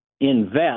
invest